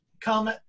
come